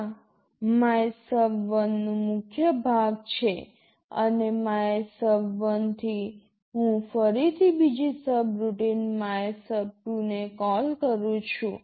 આ MYSUB1 નું મુખ્ય ભાગ છે અને MYSUB1 થી હું ફરીથી બીજી સબરૂટિન MYSUB2 ને કોલ કરું છું